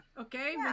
okay